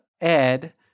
Ed